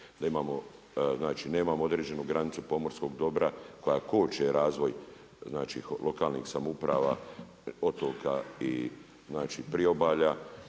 nemamo određenu granicu pomorskog dobra koja koče razvoj lokalnih samouprava, potoka i priobalja,